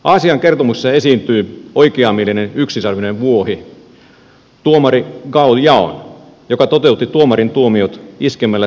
aasian kertomuksissa esiintyy oikeamielinen yksisarvinen vuohi tuomari gao yaon joka toteutti tuomarin tuomiot iskemällä syyllistä sarvellaan